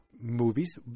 movies